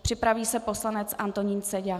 Připraví se poslanec Antonín Seďa.